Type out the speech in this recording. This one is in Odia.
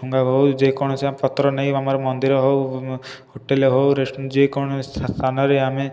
ଠୁଙ୍ଗା ହେଉ ଯେକୌଣସି ପତ୍ର ନେଇ ଆମର ମନ୍ଦିର ହେଉ ହୋଟେଲ ହେଉ ର୍ରେଷ୍ ଯେକୌଣସି ସ୍ଥାନରେ ଆମେ